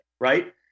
Right